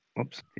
Oops